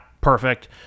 perfect